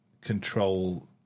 control